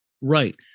Right